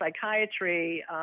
Psychiatry